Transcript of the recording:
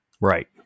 right